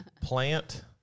plant